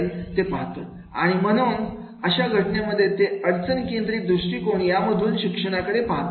आणि आणि म्हणून अशा घटनेमध्ये ते अडचणी केंद्रित दृष्टिकोन यामधून या शिक्षणाकडे पाहतील